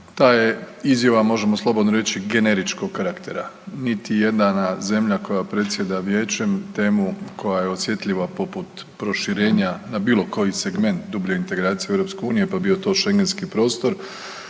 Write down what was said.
ta je izjava možemo slobodno reći generičkog karaktera. Niti jedna zemlja koja predsjeda vijećem temu koja je osjetljiva poput proširenja na bilo koji segment dublje integracije EU, pa bio to Šengenski prostor